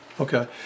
Okay